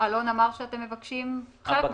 אלון אמר שאתם מבקשים חלק מהסכום.